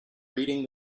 reading